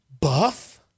buff